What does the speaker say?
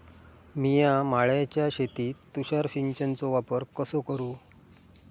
मिया माळ्याच्या शेतीत तुषार सिंचनचो वापर कसो करू?